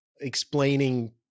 explaining